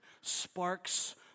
sparks